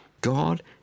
God